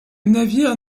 navire